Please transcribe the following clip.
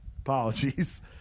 Apologies